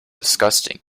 disgusting